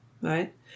right